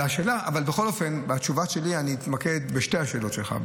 בכל אופן בתשובה שלי אני אתמקד בשתי השאלות שלך.